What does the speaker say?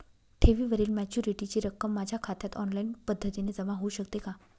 ठेवीवरील मॅच्युरिटीची रक्कम माझ्या खात्यात ऑनलाईन पद्धतीने जमा होऊ शकते का?